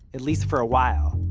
at least for a while,